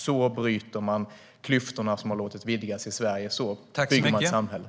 Så minskar man de klyftor som har fått vidgas i Sverige. Så bygger man samhället.